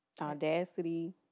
Audacity